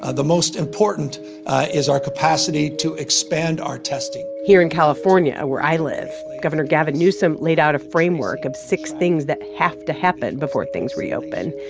ah the most important is our capacity to expand our testing here in california, where i live, governor gavin newsom laid out a framework of six things that have to happen before things reopen.